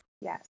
Yes